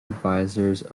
advisors